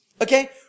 Okay